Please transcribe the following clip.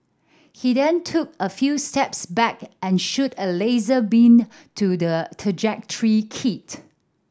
he then took a few steps back and shoot a laser beam to the trajectory kit